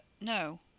no